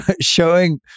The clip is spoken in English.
showing